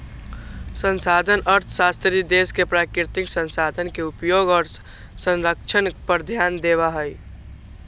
संसाधन अर्थशास्त्री देश के प्राकृतिक संसाधन के उपयोग और संरक्षण पर ध्यान देवा हई